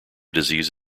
disease